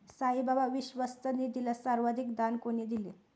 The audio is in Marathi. साईबाबा विश्वस्त निधीला सर्वाधिक दान कोणी दिले?